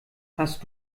hast